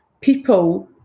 people